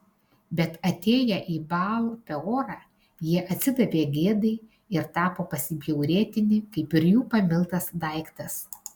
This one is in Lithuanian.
bet atėję į baal peorą jie atsidavė gėdai ir tapo pasibjaurėtini kaip ir jų pamiltas daiktas